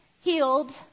healed